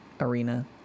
arena